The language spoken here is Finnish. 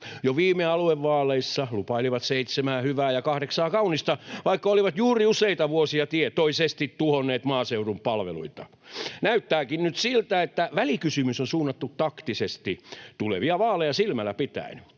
Jo viime aluevaaleissa lupailivat seitsemää hyvää ja kahdeksaa kaunista, vaikka olivat juuri useita vuosia tietoisesti tuhonneet maaseudun palveluita. Näyttääkin nyt siltä, että välikysymys on suunnattu taktisesti tulevia vaaleja silmällä pitäen.